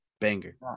banger